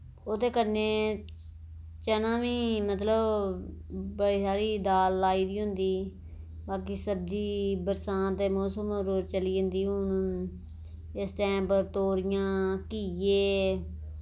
ओह्दे कन्नै चना बी मतलब बड़ी सारी दाल लाई दी होंदी बाकी सब्जी बरसांत दे मौसम पर चली जन्दी हुन इस टैम पर तोरियां घीए